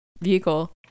vehicle